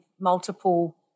multiple